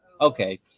okay